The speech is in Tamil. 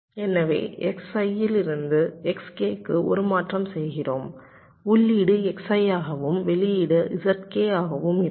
எனவே Xi இலிருந்து Xk க்கு ஒரு மாற்றம் செய்கிறோம் உள்ளீடு Xi ஆகவும் வெளியீடு Zk ஆகவும் இருக்கும்